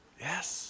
Yes